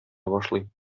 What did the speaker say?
башлый